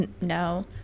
No